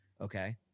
okay